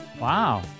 Wow